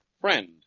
friend